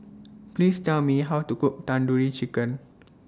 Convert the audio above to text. Please Tell Me How to Cook Tandoori Chicken